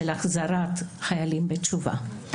החזרת חיילים בתשובה.